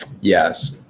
Yes